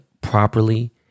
properly